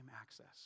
access